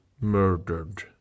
murdered